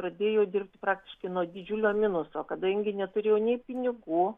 pradėjo dirbt praktiškai nuo didžiulio minuso kadangi neturėjo nei pinigų